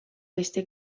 beste